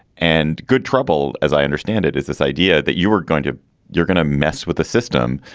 and good trouble, as i understand it, is this idea that you were going to you're going to mess with the system.